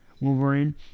Wolverine